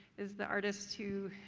is the artist who